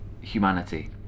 Humanity